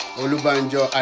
olubanjo